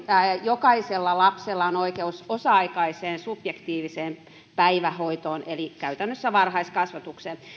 jokaisella lapsella on oikeus osa aikaiseen subjektiiviseen päivähoitoon eli käytännössä varhaiskasvatukseen